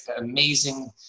amazing